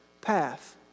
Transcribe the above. path